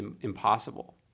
impossible